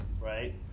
right